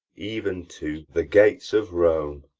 even to the gates of rome.